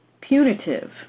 punitive